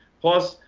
plus,